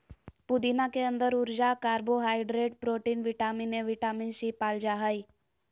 पुदीना के अंदर ऊर्जा, carbohydrate, protein, vitamin A, vitamin C, पाल जा हइ